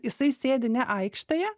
jisai sėdi ne aikštėje